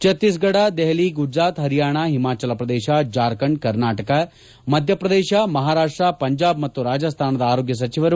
ಛತ್ತೀಸ್ಗಢ್ ದೆಹಲಿ ಗುಜರಾತ್ ಹರಿಯಾಣ ಹಿಮಾಚಲ ಪ್ರದೇಶ ಜಾರ್ಖಂಡ್ ಕರ್ನಾಟಕ ಮಧ್ಯಪ್ರದೇಶ ಮಹಾರಾಷ್ಲ ಪಂಜಾಬ್ ಮತ್ತು ರಾಜಸ್ಥಾನದ ಆರೋಗ್ಯ ಸಚಿವರು